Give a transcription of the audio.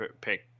pick